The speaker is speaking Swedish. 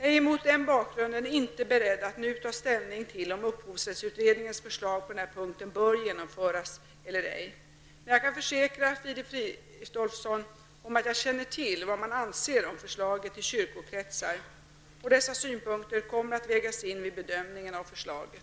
Jag är mot den bakgrunden inte beredd att nu ta ställning till om upphovsrättsutredningens förslag på den här punkten bör genomföras eller ej. Men jag kan försäkra Filip Fridolfsson om att jag känner till vad man i kyrkokretsar anser om förslaget. Dessa synpunkter kommer att vägas in vid bedömningen av förslaget.